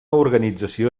organització